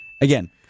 Again